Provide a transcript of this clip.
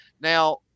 Now